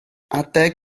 adeg